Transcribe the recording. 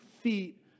feet